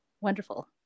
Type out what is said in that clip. wonderful